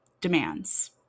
demands